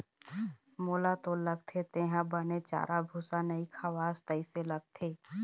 मोला तो लगथे तेंहा बने चारा भूसा नइ खवास तइसे लगथे